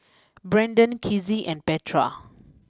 Brandon Kizzie and Petra